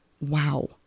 Wow